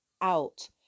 out